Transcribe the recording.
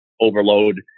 overload